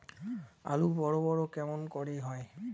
আলু বড় বড় কেমন করে হয়?